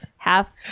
Half